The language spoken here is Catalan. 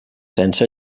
sense